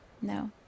no